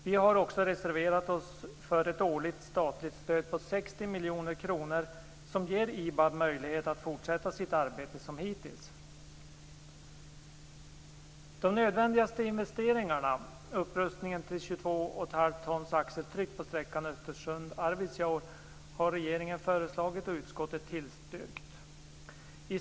Vi har också reserverat oss för ett årligt statligt stöd på 60 miljoner kronor som ger IBAB möjlighet att fortsätta sitt arbete som hittills. Regeringen har föreslagit att den nödvändigaste investeringen, dvs. upprustningen till 22 1⁄2 tons axeltryck på sträckan Östersund-Arvidsjaur, skall göras. Utskottet har tillstyrkt detta.